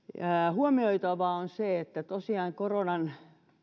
huomioitavaa on se että tosiaan koronan